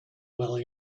well